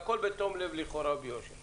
והכול בתום לב ויושר לכאורה.